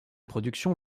productions